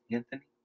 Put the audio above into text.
Anthony